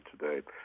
today